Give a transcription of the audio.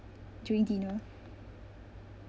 during dinner